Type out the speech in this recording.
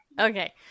okay